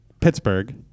Pittsburgh